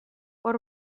hor